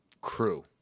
crew